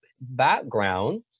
background